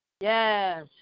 Yes